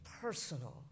personal